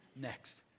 next